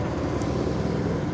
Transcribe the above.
औज़ार कितने प्रकार के होते हैं?